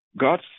God